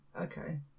okay